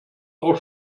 auch